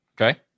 Okay